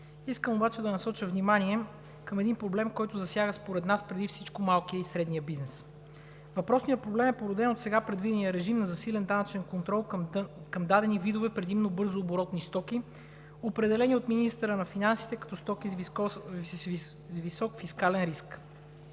Искам обаче да насоча внимание към проблем, който според нас засяга преди всичко малкия и средния бизнес. Въпросният проблем е породен от сега предвидения режим на засилен данъчен контрол към дадени видове предимно бързооборотни стоки, определени от министъра на финансите като стоки с висок фискален риск.